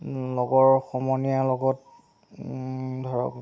লগৰ সমনীয়াৰ লগত ধৰক